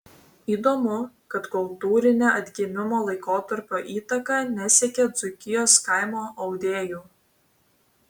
įdomu kad kultūrinė atgimimo laikotarpio įtaka nesiekė dzūkijos kaimo audėjų